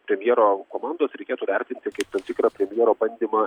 premjero komandos reikėtų vertinti kaip tam tikrą premjero bandymą